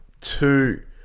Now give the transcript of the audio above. two